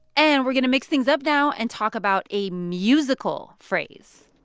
and we're going to mix things up now and talk about a musical phrase